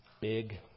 big